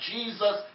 Jesus